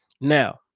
Now